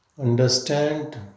Understand